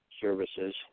services